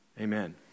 Amen